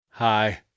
Hi